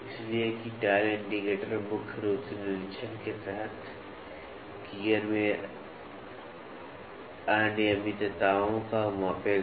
इसलिए कि dial indicator मुख्य रूप से निरीक्षण के तहत गियर में अनियमितताओं को मापेगा